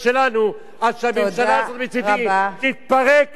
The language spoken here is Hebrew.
שמצדי הממשלה הזאת תתפרק כמה שיותר מהר.